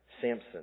Samson